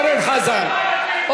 אורן חזן,